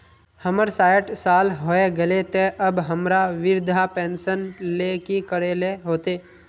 हमर सायट साल होय गले ते अब हमरा वृद्धा पेंशन ले की करे ले होते?